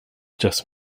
just